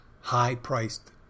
high-priced